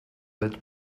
that